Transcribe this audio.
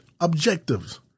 objectives